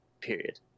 period